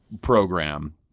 program